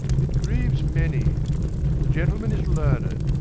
it grieues many the gentleman is learn'd,